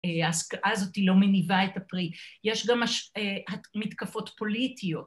ההשקעה הזאת לא מניבה את הפרי, יש גם מתקפות פוליטיות